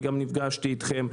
אני גם נפגשתי איתכם,